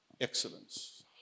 Excellence